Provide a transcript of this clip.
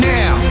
now